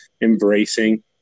embracing